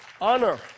Honor